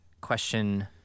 question